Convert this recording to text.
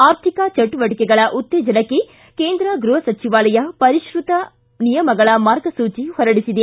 ಆರ್ಥಿಕ ಚಟುವಟಿಕೆಗಳ ಉತ್ತೇಜನಕ್ಕೆ ಕೇಂದ್ರ ಗ್ಬಹ ಸಚಿವಾಲಯ ಪರಿಷ್ಟತ ನಿಯಮಗಳ ಮಾರ್ಗಸೂಚಿ ಹೊರಡಿಸಿದೆ